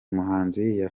muhanzi